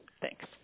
Thanks